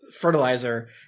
fertilizer